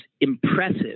impressive